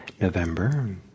November